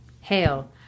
Hail